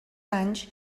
anys